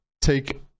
take